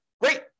Great